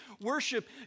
worship